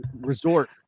resort